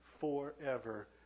forever